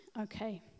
Okay